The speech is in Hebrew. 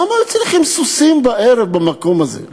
למה היו צריכים סוסים בערב במקום הזה?